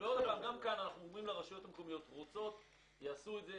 אנחנו מאפשרים לרשויות המקומיות לעשות את זה.